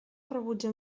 rebutja